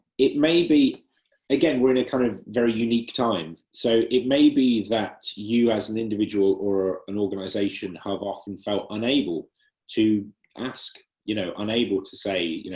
it may be again we are in a kind of unique time, so it may be that you, as an individual or an organisation, have often felt unable to ask, you know, unable to say,